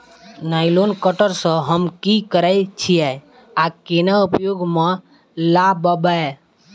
Nylon cutter सँ हम की करै छीयै आ केना उपयोग म लाबबै?